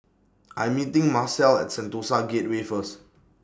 I'm meeting Marcelle At Sentosa Gateway First